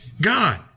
God